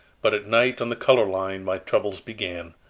but at night on the color line my troubles began.